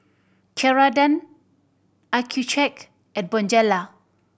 Ceradan Accucheck and Bonjela